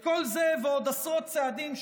את כל זה ועוד עשרות צעדים,